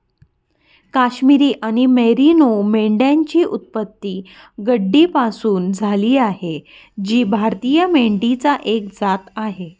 काश्मिरी आणि मेरिनो मेंढ्यांची उत्पत्ती गड्डीपासून झाली आहे जी भारतीय मेंढीची एक जात आहे